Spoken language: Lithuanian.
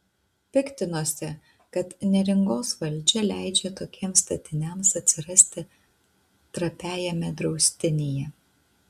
piktinosi kad neringos valdžia leidžia tokiems statiniams atsirasti trapiajame draustinyje